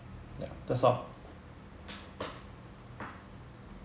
ya that's all